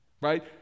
right